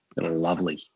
lovely